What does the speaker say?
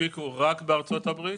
שהנפיקו רק בארצות הברית